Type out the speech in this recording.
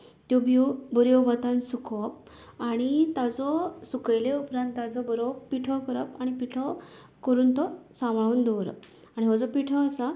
त्यो बियो बऱ्या वतांत सुकोवप आनी ताचो सुकयल्या उपरांत ताजो बरो पिठो करप आनी पिठो करून तो सांबाळून दवरप आनी हो जो पिठो आसा